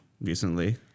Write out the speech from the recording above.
Recently